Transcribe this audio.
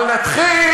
אבל נתחיל